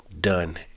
done